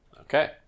Okay